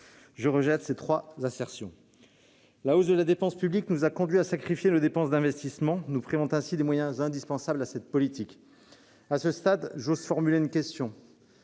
je rejette ces trois assertions. La hausse de la dépense publique nous a conduits à sacrifier nos dépenses d'investissement, nous privant ainsi des moyens indispensables à cette politique. À ce stade, j'ose formuler une question